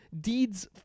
Deeds